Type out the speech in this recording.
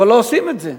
אבל לא עושים את זה.